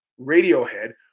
Radiohead